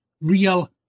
real